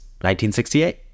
1968